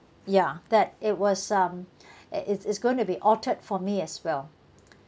ya that it was um it's it's going to be altered for me as well